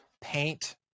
paint